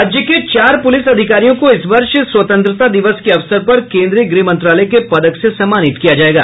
राज्य के चार पुलिस अधिकारियों को इस वर्ष स्वतंत्रता दिवस के अवसर पर केंद्रीय गृह मंत्रालय के पदक से सम्मानित किया जाएगा